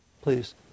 Please